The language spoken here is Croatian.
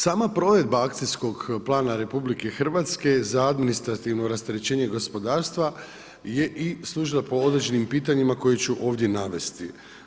Sama provedba akcijskog plana RH, za administrativno rasterećenje gospodarstva je i služba po određenim pitanjima koje ću ovdje navesti.